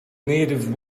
native